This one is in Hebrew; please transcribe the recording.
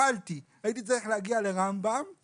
הייתי צריך להגיע לרמב"ם כי